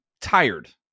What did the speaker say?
tired